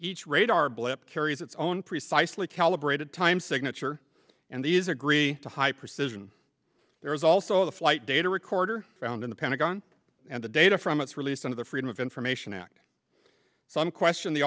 each radar blip carries its own precisely calibrated time signature and these agree to high precision there is also the flight data recorder found in the pentagon and the data from its release of the freedom of information act so i'm question the